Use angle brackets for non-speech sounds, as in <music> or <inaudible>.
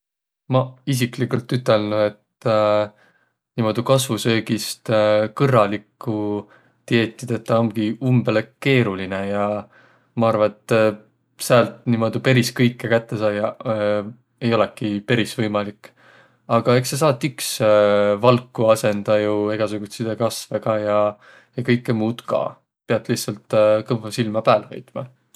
Maq isikligult ütelnüq, et <hesitation> niimuudu kasvusöögist <hesitation> kõrralikku dieeti tetäq omgi umbõlõ keerulinõ. Ja ma arva, et säält niimuudu peris kõikõ kätte saiaq <hesitation> ei olõki peris võimalik. Aga eks sa saat iks <hesitation> valku asõndaq jo egäsugutsidõ kasvõga ja kõikõ muud ka. Piät lihtsält <hesitation> kõvva silmä pääl hoitma.